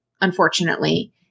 unfortunately